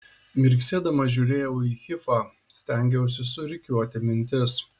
mirksėdama žiūrėjau į hifą stengiausi surikiuoti mintis